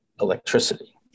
electricity